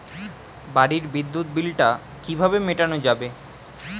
বাড়ির বিদ্যুৎ বিল টা কিভাবে মেটানো যাবে?